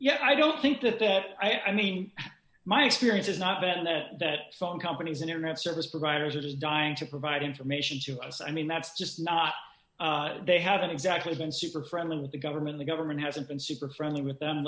yeah i don't think that that i mean my experience has not been that that song companies internet service providers are just dying to provide information to us i mean that's just not they haven't exactly been super friendly with the government the government hasn't been super friendly with them